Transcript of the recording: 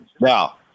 now